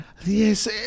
Yes